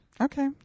Okay